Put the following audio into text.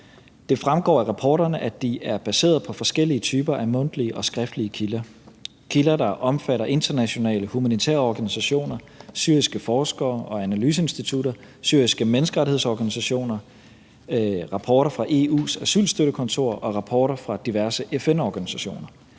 Det fremgår af rapporterne, at de er baserede på forskellige typer af mundtlige og skriftlige kilder – kilder, der omfatter internationale humanitære organisationer, syriske forskere og analyseinstitutter, syriske menneskerettighedsorganisationer, rapporter fra EU's asylstøttekontor og rapporter fra diverse FN-organisationer.